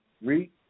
Read